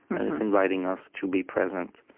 and it's inviting us to be present.